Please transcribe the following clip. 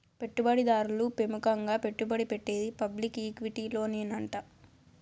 పెట్టుబడి దారులు పెముకంగా పెట్టుబడి పెట్టేది పబ్లిక్ ఈక్విటీలోనేనంట